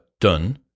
done